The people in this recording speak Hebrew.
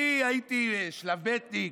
אני הייתי שלב-בי"תניק,